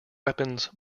weapons